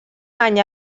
any